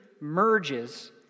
merges